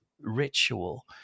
ritual